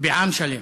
בעם שלם,